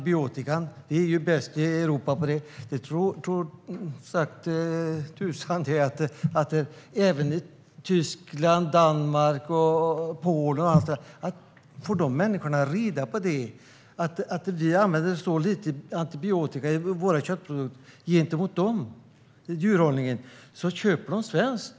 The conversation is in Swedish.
Vi är bäst i Europa på detta. Det tror tusan att om människor i Tyskland, Danmark och Polen får reda på att vi använder så lite antibiotika inom djurhållningen och i våra köttprodukter jämfört med dem köper de svenskt.